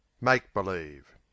make-believe